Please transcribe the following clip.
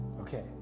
Okay